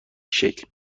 شکل